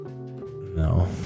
No